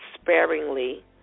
sparingly